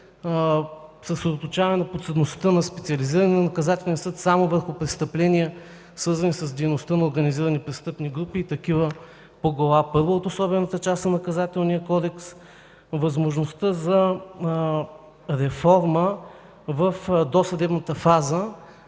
съсредоточаване подсъдността на Специализирания наказателен съд само върху престъпления, свързани с дейността на организирани престъпни групи и такива по Глава първа от особената част на Наказателния кодекс. Възможността за реформа е в досъдебната фаза